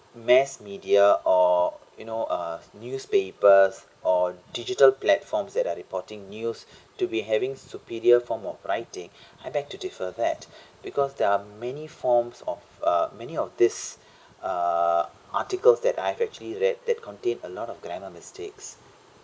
mass media or you know uh newspapers or digital platforms that are reporting news to be having superior form of writing I beg to differ that because there are many forms of uh many of this uh articles that I've actually read that contain a lot of grammar mistakes